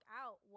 out